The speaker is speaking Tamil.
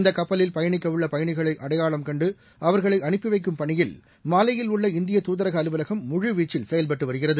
இந்த கப்பலில் பயணிக்க உள்ள பயணிகளை அடையாளம்கண்டு அவர்களை அனுப்பி வைக்கும் பணியில் மாலேயில் உள்ள இந்தியதூதரக அலுவலகம் முழுவீச்சில் செயல்பட்டு வருகிறது